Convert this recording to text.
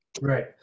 Right